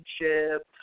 relationship